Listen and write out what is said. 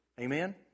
Amen